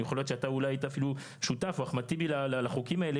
יכול להיות שאתה אולי היית אפילו שותף או אחמד טיבי לחוקים האלה